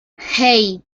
hey